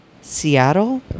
Seattle